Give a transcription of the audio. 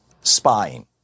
spying